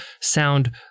sound